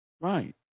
Right